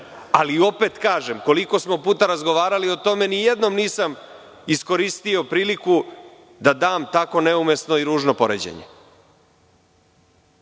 ljude. Opet kažem, koliko smo puta razgovarali o tome, ni jednom nisam iskoristio priliku da dam tako neumesno i ružno poređenje.